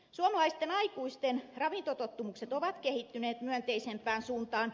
suomalaisten aikuisten ravintotottumukset ovat kehittyneet myönteisempään suuntaan